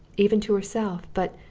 even to herself, but